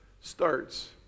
starts